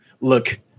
look